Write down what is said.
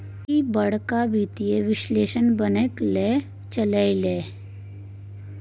ईह बड़का वित्तीय विश्लेषक बनय लए चललै ये